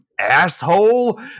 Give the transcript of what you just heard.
asshole